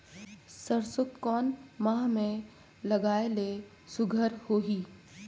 सरसो कोन माह मे लगाय ले सुघ्घर होही?